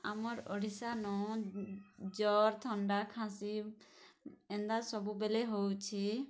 ଆମର୍ ଓଡ଼ିଶାନ ଜ୍ଵର୍ ଥଣ୍ଡା ଖାଁସି ଏନ୍ତା ସବୁବେଲେ ହଉଛେ